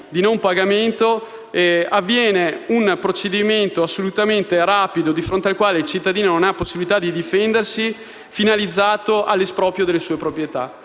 si mette in moto un procedimento assolutamente rapido di fronte al quale il cittadino non ha possibilità di difendersi, finalizzato a fargli perdere le sue proprietà